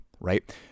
right